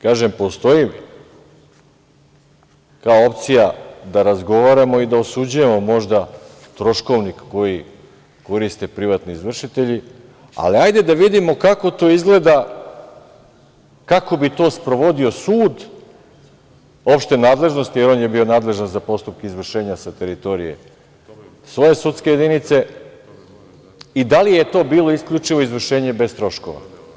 Kažem, postoji ta opcija da razgovaramo i da osuđujemo možda troškovnik koji koriste privatni izvršitelji, ali hajde da vidimo kako to izgleda, kako bi to sprovodio sud opšte nadležnosti, jer on je bio nadležan za postupke izvršenja sa teritorije svoje sudske jedinice i da li je to bilo isključivo izvršenje bez troškova.